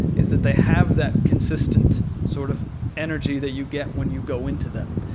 is that they have that consistent sort of energy that you get when you go into them.